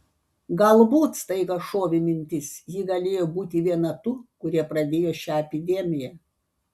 galbūt staiga šovė mintis ji galėjo būti viena tų kurie pradėjo šią epidemiją